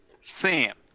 Sam